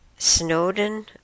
Snowden